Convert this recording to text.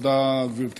תודה רבה, גברתי.